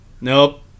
nope